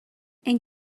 and